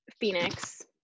phoenix